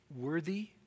worthy